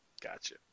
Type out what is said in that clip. Gotcha